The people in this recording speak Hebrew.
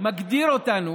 מגדיר אותנו